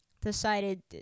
decided